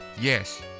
yes